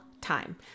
time